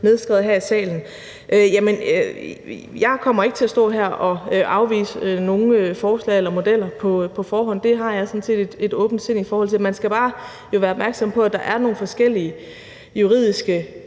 nedskrevet her fra salen. Jeg kommer ikke til at stå her og afvise nogen forslag eller modeller på forhånd. Det har jeg sådan set et åbent sind i forhold til. Man skal jo bare være opmærksom på, at der er nogle forskellige juridiske